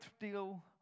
deal